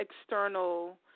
external